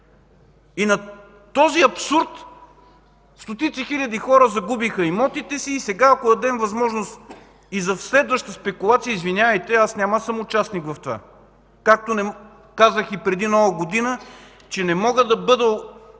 И на този абсурд стотици хиляди хора загубиха имотите си. Сега, ако дадем възможност и за следващи спекулации, извинявайте, аз няма да съм участник в това. Както казах и преди Нова година – не мога да бъда